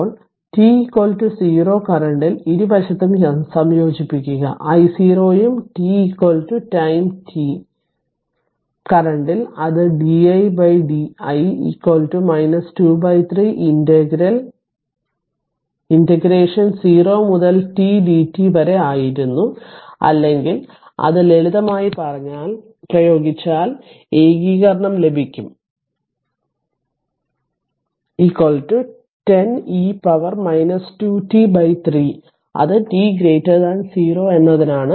ഇപ്പോൾ t 0 കറന്റിൽ ഇരുവശത്തും സംയോജിപ്പിക്കുക I0 ഉം t time t കറന്റിൽ അത് di i 23 ഇന്റഗ്രേഷൻ 0 മുതൽ t dt വരെ ആയിരുന്നു അല്ലെങ്കിൽ ഇത് ലളിതമായി പ്രയോഗിച്ചാൽ ഏകീകരണം ലഭിക്കും I0 e പവർ 2 t 3 അത് t 0 എന്നതിനാണ്